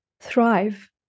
thrive